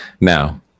Now